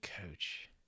Coach